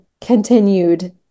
continued